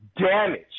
damage